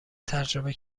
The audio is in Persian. تجربه